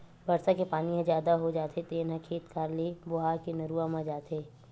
बरसा के पानी ह जादा हो जाथे तेन ह खेत खार ले बोहा के नरूवा म जाथे